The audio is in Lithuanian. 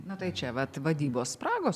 na tai čia vat vadybos spragos